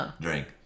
drink